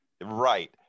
Right